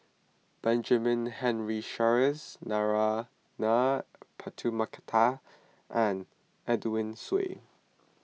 Benjamin Henry Sheares Narana Putumaippittan and Edwin Siew